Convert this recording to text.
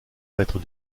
mettre